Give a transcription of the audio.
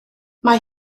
mae